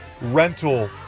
rental